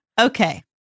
Okay